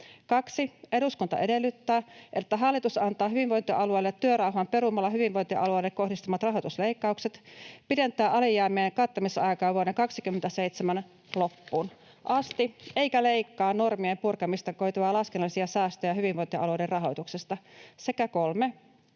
2) Eduskunta edellyttää, että hallitus antaa hyvinvointialueille työrauhan perumalla hyvinvointialueille kohdistamansa rahoitusleikkaukset, pidentää alijäämien kattamisaikaa vuoden 27 loppuun asti eikä leikkaa normien purkamisista koituvia laskennallisia säästöjä hyvinvointialueiden rahoituksesta. 3)